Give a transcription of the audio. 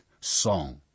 song